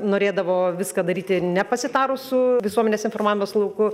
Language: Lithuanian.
norėdavo viską daryti nepasitarus su visuomenės informavimos lauku